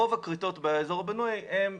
רוב הכריתות באזור הבנוי הן